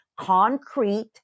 concrete